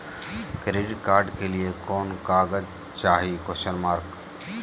Credit card के लिए कौन कागज चाही?